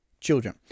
children